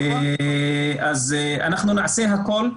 אז אנחנו נעשה הכל.